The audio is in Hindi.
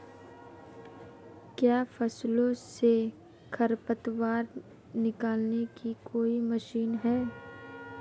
क्या फसलों से खरपतवार निकालने की कोई मशीन है?